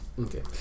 Okay